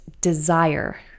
desire